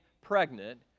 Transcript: pregnant